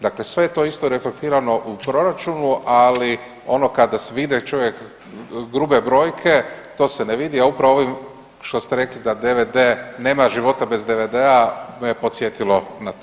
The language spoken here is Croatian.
Dakle, sve je to isto reflektirano u proračunu, ali ono kad vas vide, grube brojke to se ne vidi a upravo ovim što ste rekli da DVD, nema života bez DVD-a me je podsjetilo na to.